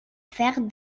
faire